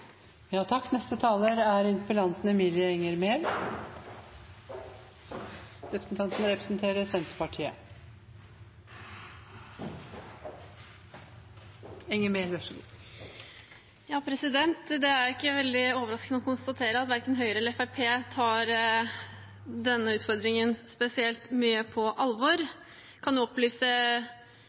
Det er ikke veldig overraskende å konstatere at verken Høyre eller Fremskrittspartiet tar denne utfordringen spesielt mye på alvor. Jeg kan opplyse